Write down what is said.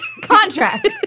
contract